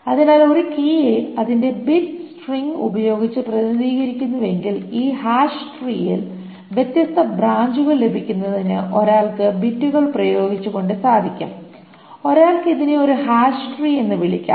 അതിനാൽ ഒരു കീയെ അതിന്റെ ബിറ്റ് സ്ട്രിംഗ് ഉപയോഗിച്ച് പ്രതിനിധീകരിക്കുന്നുവെങ്കിൽ ഈ ഹാഷ് ട്രീയിൽ വ്യത്യസ്ത ബ്രാഞ്ചുകൾ ലഭിക്കുന്നതിന് ഒരാൾക്ക് ബിറ്റുകൾ പ്രയോഗിച്ചുകൊണ്ട് സാധിക്കും ഒരാൾക്ക് ഇതിനെ ഒരു ഹാഷ് ട്രീ എന്ന് വിളിക്കാം